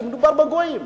כי מדובר בגויים.